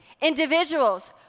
individuals